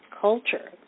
culture